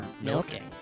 milking